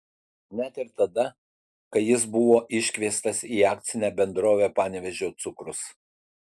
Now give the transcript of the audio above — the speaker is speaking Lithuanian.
net ir tada kai jis buvo iškviestas į akcinę bendrovę panevėžio cukrus